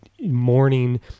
morning